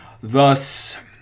Thus